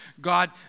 God